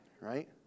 Right